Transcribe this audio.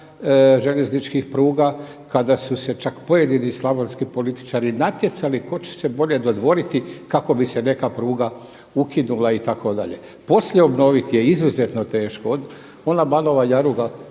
željezničkih pruga, kada su se čak pojedini slavonski političari natjecali tko će se bolje dodvoriti kako bi se neka pruga ukinula itd.. Poslije obnoviti je izuzetno teško. Ona Banova Jaruga